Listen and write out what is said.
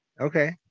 okay